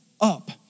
up